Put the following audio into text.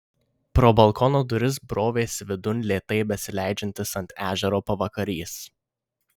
pro balkono duris brovėsi vidun lėtai besileidžiantis ant ežero pavakarys